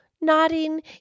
nodding